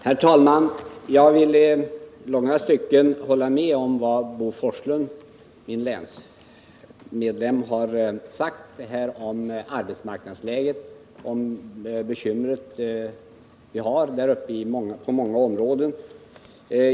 Herr talman! Jag vill i långa stycken hålla med om vad min länskamrat Bo Forslund här har sagt om arbetsmarknadsläget där uppe och våra bekymmer på många områden.